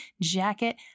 jacket